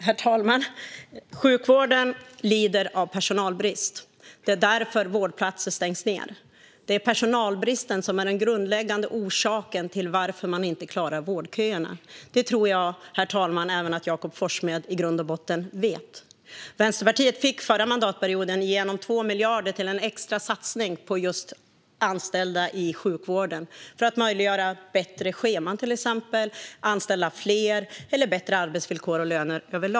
Herr talman! Sjukvården lider av personalbrist. Det är därför vårdplatser stängs ned. Det är personalbristen som är den grundläggande orsaken till att man inte klarar vårdköerna. Det tror jag att även Jakob Forssmed i grund och botten vet. Vänsterpartiet fick förra mandatperioden igenom 2 miljarder till en extra satsning på just anställda i sjukvården för att möjliggöra till exempel att det blir bättre scheman, att fler anställs eller att det överlag blir bättre arbetsvillkor och löner.